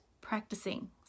practicing